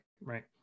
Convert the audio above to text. right